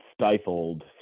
stifled